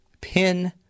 Pin